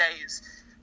days